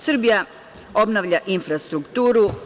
Srbija obnavlja infrastrukturu.